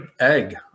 egg